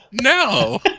No